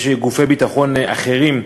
יש גופי ביטחון אחרים,